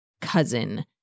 cousin